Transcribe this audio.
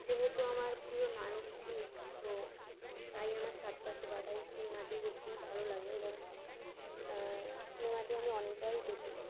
যেহেতু আমার প্রিয় নায়ক জিৎ তো তাই আমার সাত পাকে বাঁধা এই সিনেমাটি বেশি ভালো লাগে এবং সিনেমাটি আমি অনেকবারই দেখেছি